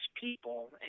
people